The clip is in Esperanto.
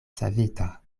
savita